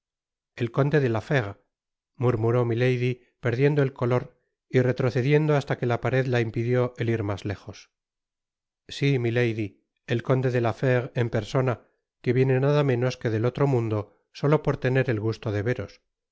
el conde de la fére murmuró milady perdiendo el color y retrocediendo hasta que la pared la impidió el ir mas lejos si milady el conde de la fére en persona que viene nada menos que del otro mundo solo por tener el gusto de veros